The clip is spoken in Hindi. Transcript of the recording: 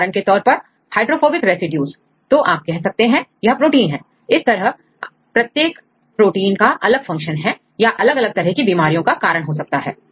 उदाहरण के तौर पर हाइड्रोफोबिक रेसिड्यूज तो आप कह सकते हैं यह प्रोटीन है इसी तरह से प्रत्येक प्रोटीन का अलग फंक्शन है या अलग अलग तरह की बीमारियों का कारण हो सकता है